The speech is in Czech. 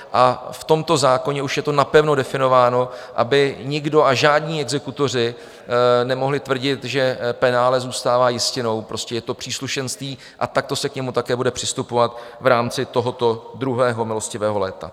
A v tomto zákoně už je to napevno definováno, aby nikdo a žádní exekutoři nemohli tvrdit, že penále zůstává jistinou, prostě je to příslušenství a takto se k němu také bude přistupovat v rámci tohoto druhého milostivého léta.